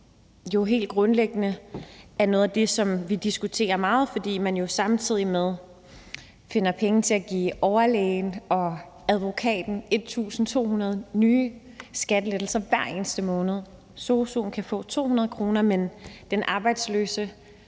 jo helt grundlæggende er noget af det, som vi diskuterer meget, nemlig at man jo samtidig finder penge til at give overlægen og advokaten 1.200 kr. i nye skattelettelser hver eneste måned. Sosu'en kan få 200 kr., mens den arbejdsløse,